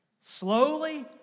slowly